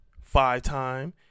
Five-time